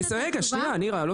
רגע, שנייה, נירה, לא סיימתי.